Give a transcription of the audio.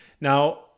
Now